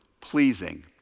pleasing